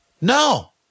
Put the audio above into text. No